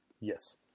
yes